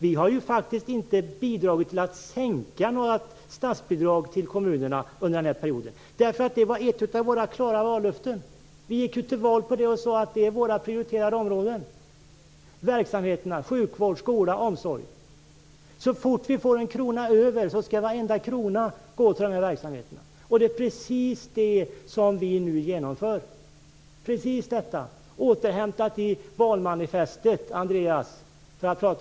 Vi har faktiskt inte bidragit till att sänka några statsbidrag till kommunerna under den här perioden därför att det var ett av våra klara vallöften. Vi gick ut till val på det och sade att våra prioriterade områden är sjukvård, skola och omsorg och att så fort vi får pengar över skall varenda krona gå till dessa verksamheter. Det är precis det som vi nu genomför, återhämtat i valmanifestet.